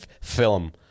film